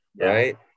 right